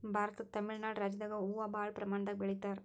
ಭಾರತದ್ ತಮಿಳ್ ನಾಡ್ ರಾಜ್ಯದಾಗ್ ಹೂವಾ ಭಾಳ್ ಪ್ರಮಾಣದಾಗ್ ಬೆಳಿತಾರ್